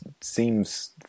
seems